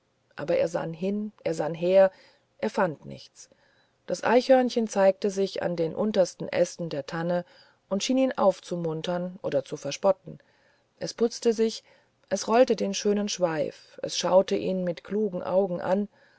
aber er sann hin er sann her und fand nichts das eichhörnchen zeigte sich an den untersten ästen der tanne und schien ihn aufzumuntern oder zu verspotten es putzte sich es rollte den schönen schweif es schaute ihn mit klugen augen an